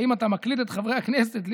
האם אתה מקליט את חברי הכנסת?